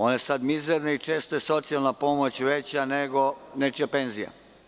One su sada mizerne i često je socijalna pomoć veća nego nečija penzija.